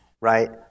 right